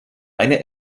eine